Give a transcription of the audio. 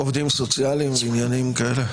עובדים סוציאליים ועניינים כאלה?